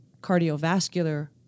cardiovascular